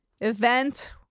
event